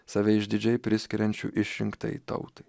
save išdidžiai priskiriančių išrinktajai tautai